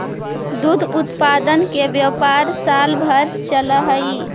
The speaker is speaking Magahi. दुग्ध उत्पादन के व्यापार साल भर चलऽ हई